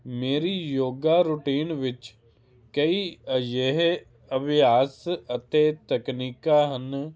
ਮੇਰੀ ਯੋਗਾ ਰੂਟੀਨ ਵਿੱਚ ਕਈ ਅਜਿਹੇ ਅਭਿਆਸ ਅਤੇ ਤਕਨੀਕਾਂ ਹਨ